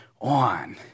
on